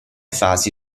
fasi